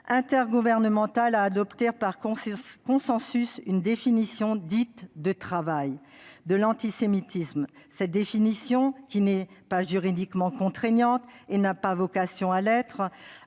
intergouvernementale a adopté par consensus une définition dite « de travail » de l'antisémitisme. Cette définition, qui n'est pas juridiquement contraignante et n'a pas vocation à l'être,